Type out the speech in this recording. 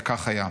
וכך היה.